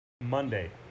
Monday